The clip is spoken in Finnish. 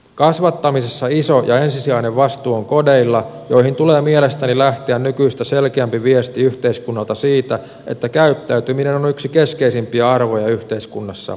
kasvattamisessa iso ja ensisijainen vastuu on kodeilla joihin tulee mielestäni lähteä nykyistä selkeämpi viesti yhteiskunnalta siitä että käyttäytyminen on yksi keskeisimpiä arvoja yhteiskunnassamme